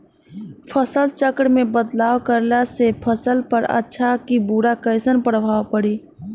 फसल चक्र मे बदलाव करला से फसल पर अच्छा की बुरा कैसन प्रभाव पड़ी?